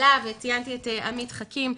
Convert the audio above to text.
ציינתי את עמית חכים,